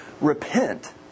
repent